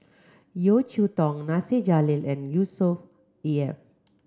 Yeo Cheow Tong Nasir Jalil and Yusnor E F